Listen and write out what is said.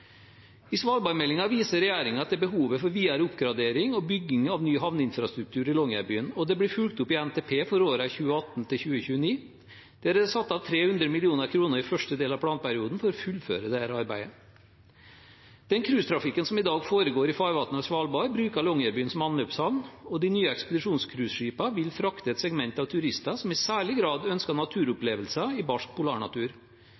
I svalbardmeldingen viser regjeringen til behovet for videre oppgradering og bygging av ny havneinfrastruktur i Longyearbyen. Dette blir fulgt opp i NTP for årene 2018–2029, hvor det er satt av 300 mill. kr i første del av planperioden for å fullføre arbeidet. Den cruisetrafikken som i dag foregår i farvannene ved Svalbard, bruker Longyearbyen som anløpshavn, og de nye ekspedisjonscruiseskipene vil frakte et segment av turister som i særlig grad ønsker